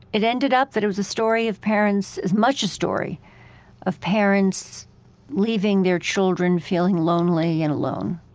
it ended up that it was a story of parents as much a story of parents leaving their children feeling lonely and alone